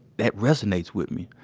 that resonates with me,